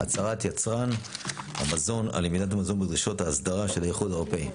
- הצהרת יצרן המזון על עמידת המזון בדרישות האסדרה של האיחוד האירופי,